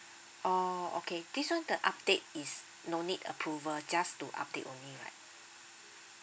oh okay this one the update is no need approval just to update only right